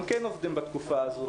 הם כן עובדים בתקופה הזאת.